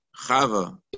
Chava